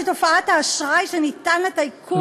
שתופעת האשראי שניתן לטייקונים,